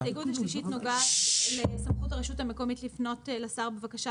ההסתייגות השלישית נוגעת לסמכות הרשות המקומית לפנות לשר בבקשה